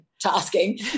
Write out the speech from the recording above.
tasking